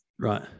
Right